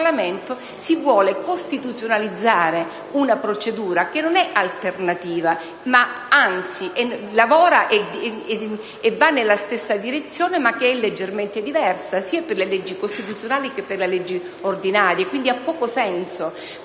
in Parlamento si vuole costituzionalizzare una procedura che non è alternativa - anzi, lavora e va nella stessa direzione - ma è leggermente diversa, sia per le leggi costituzionali che per quelle ordinarie. Pertanto, ha poco senso